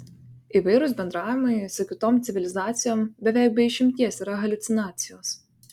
įvairūs bendravimai su kitom civilizacijom beveik be išimties yra haliucinacijos